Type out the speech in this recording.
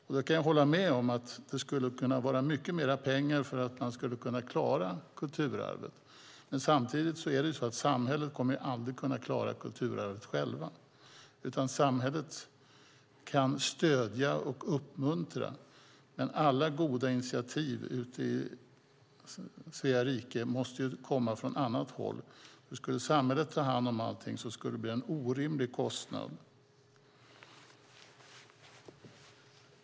Jag kan hålla med om att det behövs mycket mer pengar för att klara kulturarvet, men samtidigt kommer samhället aldrig att klara kulturarvet självt. Samhället kan stödja och uppmuntra, men alla goda initiativ ute i Svea rike måste komma från annat håll. Om samhället skulle ta hand om allt skulle det bli en orimlig kostnad.